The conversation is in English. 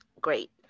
great